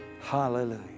Hallelujah